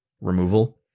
removal